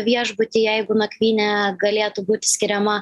viešbutį jeigu nakvynė galėtų būti skiriama